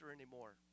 anymore